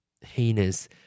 heinous